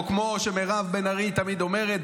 או כמו שמירב בן ארי תמיד אומרת,